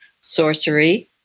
sorcery